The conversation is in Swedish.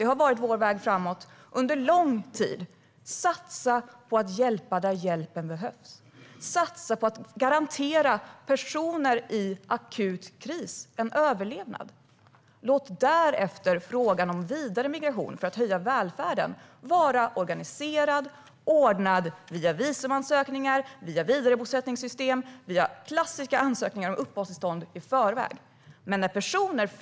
Det har varit vår väg framåt under lång tid att satsa på att hjälpa där hjälpen behövs, att satsa på att garantera personer i akut kris en överlevnad. Låt därefter vidare migration för att höja välfärden vara organiserad och ordnad via visumansökningar, via vidarebosättningssystem och via klassiska ansökningar om uppehållstillstånd i förväg.